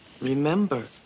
Remember